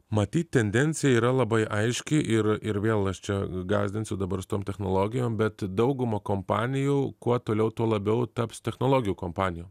matyt tendencija yra labai aiški ir ir vėl aš čia gąsdinsiu dabar su tom technologijom bet dauguma kompanijų kuo toliau tuo labiau taps technologijų kompanijom